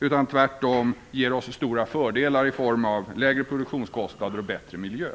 utan tvärtom ger oss stora fördelar i form av lägre produktionskostnader och bättre miljö.